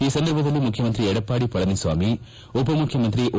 ಈ ಸಂದರ್ಭದಲ್ಲಿ ಮುಖ್ಯಮಂತ್ರಿ ಎಡಪ್ಪಾಡಿ ಪಳನಿಸ್ವಾಮಿ ಉಪಮುಖ್ಯಮಂತ್ರಿ ಓ